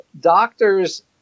doctors